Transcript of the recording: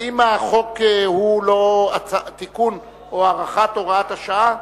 האם החוק הוא לא תיקון או הארכת הוראת השעה,